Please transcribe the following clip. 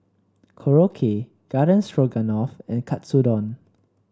Korokke Garden Stroganoff and Katsudon